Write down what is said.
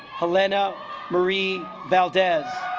helena marie valdez